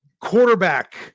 quarterback